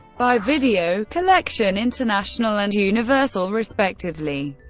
by video collection international and universal respectively.